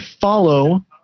follow